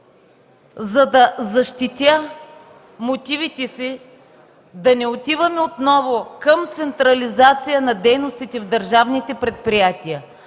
за да защитя мотивите си да не отиваме отново към централизация на дейностите в държавните предприятия,